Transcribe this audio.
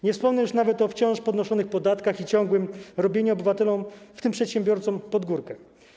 Nie wspomnę już nawet o wciąż podnoszonych podatkach i ciągłym robieniu obywatelom, w tym przedsiębiorcom, pod górkę.